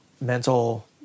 mental